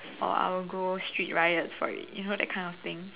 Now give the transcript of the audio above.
or I will go street riot for it you know that kind of thing